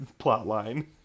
plotline